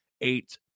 eight